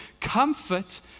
comfort